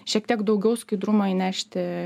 šiek tiek daugiau skaidrumo įnešti